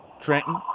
Trenton